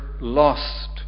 lost